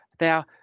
Now